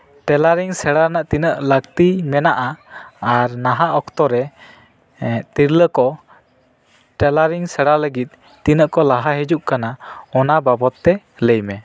tailoring ᱥᱮᱬᱟ ᱨᱮᱱᱟᱜ ᱛᱤᱱᱟᱹᱜ ᱞᱟᱹᱠᱛᱤ ᱢᱮᱱᱟᱜᱼᱟ ᱟᱨ ᱱᱟᱦᱟᱜ ᱚᱠᱛᱚᱨᱮ ᱛᱤᱨᱞᱟᱹᱠᱚ ᱴᱮᱞᱟᱨᱤᱝ ᱥᱮᱬᱟ ᱞᱟᱹᱜᱤᱫ ᱛᱤᱱᱟᱹᱜᱠᱚ ᱞᱟᱦᱟ ᱦᱤᱡᱩᱜ ᱠᱟᱱᱟ ᱚᱱᱟ ᱵᱟᱵᱚᱫ ᱛᱮ ᱞᱟᱹᱭᱢᱮ